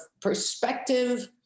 perspective